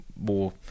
more